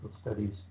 studies